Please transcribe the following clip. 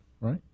right